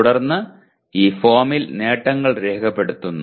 തുടർന്ന് ഈ ഫോമിൽ നേട്ടങ്ങൾ രേഖപ്പെടുത്തുന്നു